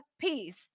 Peace